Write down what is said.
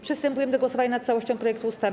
Przystępujemy do głosowania nad całością projektu ustawy.